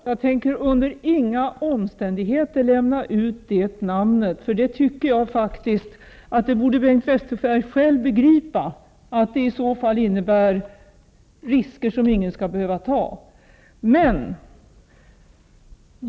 Herr talman! Jag tänker under inga omständighe ter lämna ut det namnet. Jag tycker faktiskt att Bengt Westerberg själv borde begripa att det skulle innebära risker som ingen skall behöva ta.